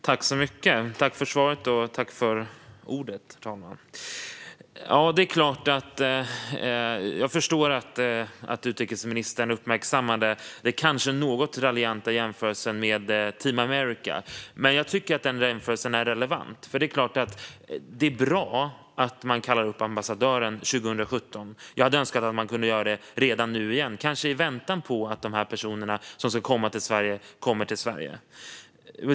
Herr talman! Jag tackar för svaret. Jag förstår att utrikesministern uppmärksammade den kanske något raljanta jämförelsen med Team America , men jag tycker att den är relevant. Det är klart att det var bra att man kallade upp ambassadören 2017. Jag hade önskat att man kunde göra det redan nu igen, kanske i väntan på att de här personerna som ska komma till Sverige kommer till Sverige.